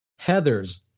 Heathers